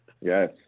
yes